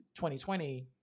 2020